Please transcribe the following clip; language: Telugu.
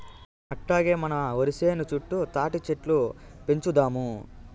అట్టాగే మన ఒరి సేను చుట్టూ తాటిచెట్లు పెంచుదాము